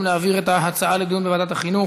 להעביר את ההצעה לדיון בוועדת החינוך.